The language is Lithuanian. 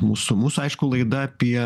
mūsų mūsų aišku laida apie